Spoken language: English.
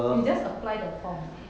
you just apply the form